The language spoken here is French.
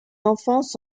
enfance